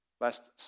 Last